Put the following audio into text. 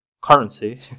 currency